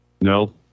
No